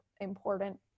important